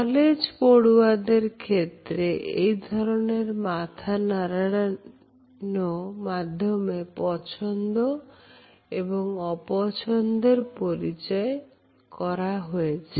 college পড়ুয়াদের ক্ষেত্রে এ ধরনের মাথা নাড়ানো মাধ্যমে পছন্দ এবং অপছন্দের পরীক্ষা করা হয়েছে